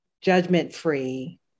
judgment-free